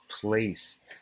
place